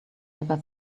never